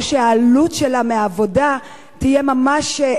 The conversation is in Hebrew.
או שהעלות שלה מהעבודה תהיה ממש,